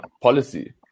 policy